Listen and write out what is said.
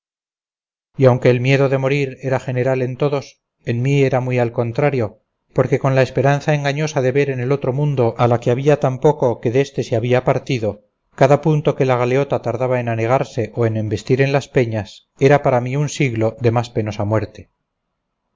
y aunque el miedo de morir era general en todos en mí era muy al contrario porque con la esperanza engañosa de ver en el otro mundo a la que había tan poco que déste se había partido cada punto que la galeota tardaba en anegarse o en embestir en las peñas era para mí un siglo de más penosa muerte